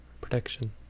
protection